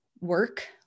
work